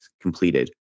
completed